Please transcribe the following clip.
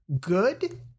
good